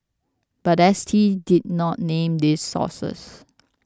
but S T did not name these sources